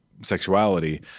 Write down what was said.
sexuality